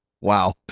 wow